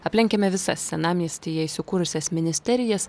aplenkiame visas senamiestyje įsikūrusias ministerijas